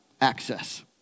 access